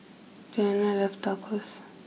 Diane love Tacos